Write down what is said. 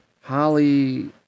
Holly